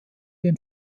den